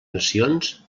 nacions